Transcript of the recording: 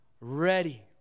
ready